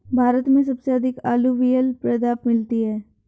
भारत में सबसे अधिक अलूवियल मृदा मिलती है